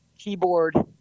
keyboard